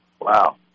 Wow